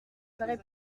paraît